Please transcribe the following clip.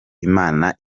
imana